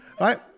Right